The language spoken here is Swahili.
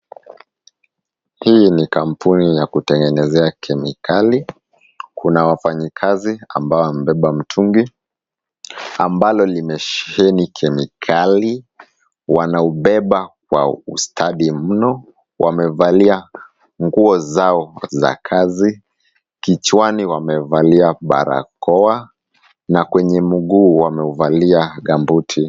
Hii ni kampuni ya kutengenezea kemikali, kuna wafanyikazi ambao wamebeba mtungi ambalo limesheheni kemikali, wanaubeba kwa ustadi mno, wamevalia nguo zao za kazi, kichwani wamevalia barakoa, na kwenye mguu wameuvalia gumboots .